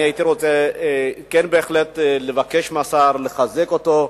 הייתי רוצה בהחלט לחזק את השר,